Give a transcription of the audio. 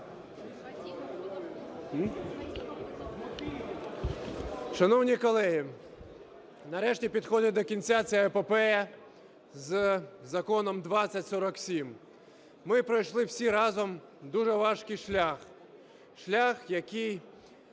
Шановні колеги! Нарешті підходить до кінця ця епопея з Законом 2047. Ми пройшли всі разом дуже важкий шлях. Шлях, який